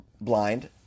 blind